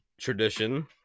tradition